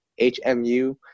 HMU